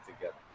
together